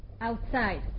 outside